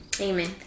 amen